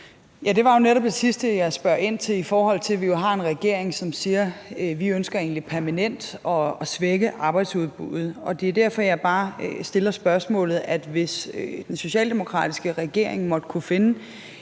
er jo netop det sidste, jeg spørger ind til, i forhold til at vi jo har en regering, som siger: Vi ønsker egentlig permanent at svække arbejdsudbuddet. Og det er derfor, jeg bare stiller spørgsmålet om, at hvis den socialdemokratiske regering måtte kunne finde